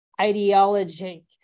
ideology